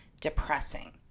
depressing